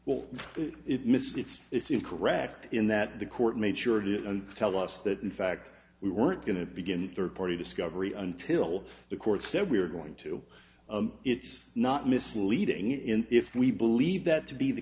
will it miss it's it's incorrect in that the court made sure to tell us that in fact we weren't going to begin third party discovery until the court said we are going to it's not misleading in if we believe that to be the